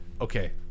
Okay